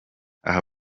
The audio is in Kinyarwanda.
aha